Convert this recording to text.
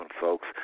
folks